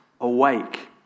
awake